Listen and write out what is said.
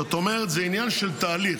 זאת אומרת, זה עניין של תהליך.